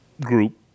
group